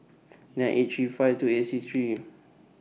nine eight three five two eight six three two six